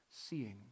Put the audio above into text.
Seeing